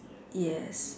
yes